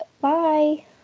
bye